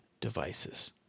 devices